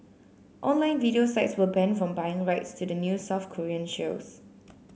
online video sites were banned from buying rights to the new South Korean shows